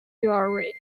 jewellery